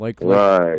Right